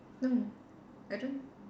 no I don't